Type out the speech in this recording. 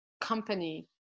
company